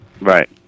Right